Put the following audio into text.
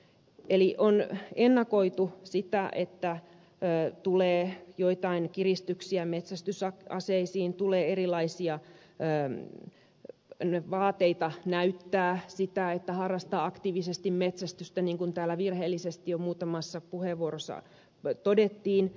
eli on ennakoitu sitä että tulee joitakin kiristyksiä metsästysaseisiin tulee erilaisia vaateita näyttää että harrastaa aktiivisesti metsästystä niin kuin täällä virheellisesti jo muutamassa puheenvuorossa todettiin